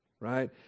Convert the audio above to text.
Right